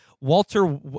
Walter